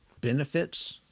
benefits